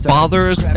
Fathers